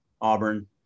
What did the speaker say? Auburn